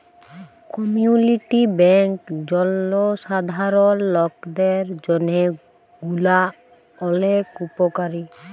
community bank জলসাধারল লকদের জন্হে গুলা ওলেক উপকারী